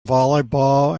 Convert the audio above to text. volleyball